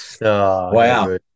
wow